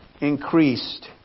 increased